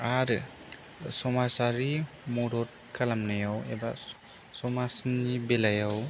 आरो समाजारि मदद खालामनायाव एबा समाजनि बेलायाव